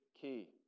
key